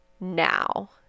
now